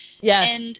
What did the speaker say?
Yes